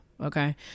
Okay